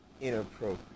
inappropriate